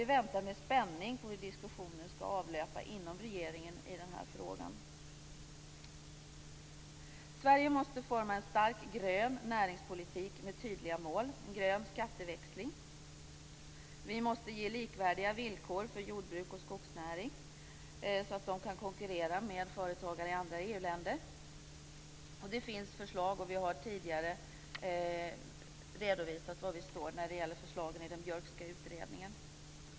Vi väntar med spänning på hur diskussionen skall avlöpa inom regeringen i den här frågan. Sverige måste forma en stark grön näringspolitik med tydliga mål, en grön skatteväxling. Vi måste ge likvärdiga villkor för jordbruk och skogsnäring så att man kan konkurrera med företagare i andra EU länder. Det finns förslag, och vi har tidigare redovisat var vi står när det gäller förslagen i den Björkska utredningen.